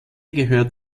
gehört